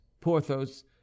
Porthos